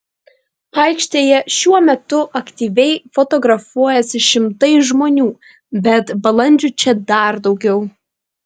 aikštėje šiuo metu aktyviai fotografuojasi šimtai žmonių bet balandžių čia dar daugiau